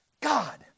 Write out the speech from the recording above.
God